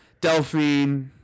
Delphine